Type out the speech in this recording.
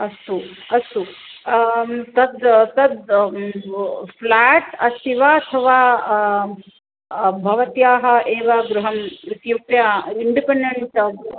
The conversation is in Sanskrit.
अस्तु अस्तु आं तद् तद् फ़्लेट् अस्ति वा अथवा भवत्याः एव गृहम् इत्युक्ते इण्डिपेण्डेण्ट्